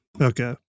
Okay